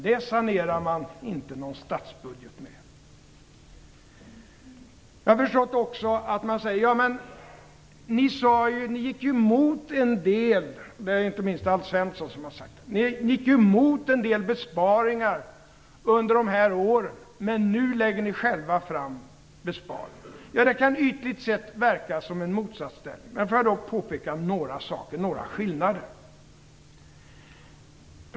Det sanerar man inte någon statsbudget med. Inte minst Alf Svensson har sagt att vi i Socialdemokraterna gick emot en del besparingar under dessa år, men att vi nu själva lägger fram förslag om besparingar. Det kan ytligt sätt verka som en motsatsställning, men låt mig då påpeka några skillnader.